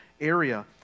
area